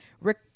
Rick